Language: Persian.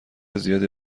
زیادی